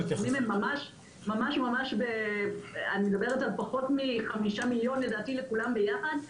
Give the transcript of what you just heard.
הסכומים הם פחות מ-5,000,000 ₪ לכולם יחד,